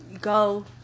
go